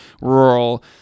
rural